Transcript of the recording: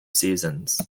seasons